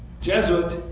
jesuit.